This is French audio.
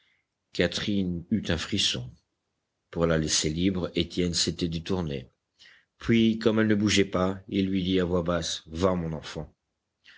catherine eut un frisson pour la laisser libre étienne s'était détourné puis comme elle ne bougeait pas il lui dit à voix basse va mon enfant